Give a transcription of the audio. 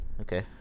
Okay